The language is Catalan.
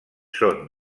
són